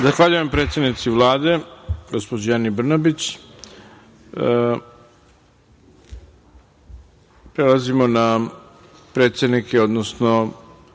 Zahvaljujem predsednici Vlade, gospođi Ani Brnabić. Prelazimo na predsednike, odnosno